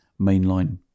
Mainline